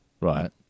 right